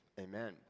Amen